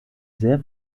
sehr